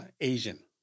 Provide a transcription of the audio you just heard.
Asian